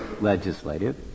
legislative